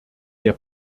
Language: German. der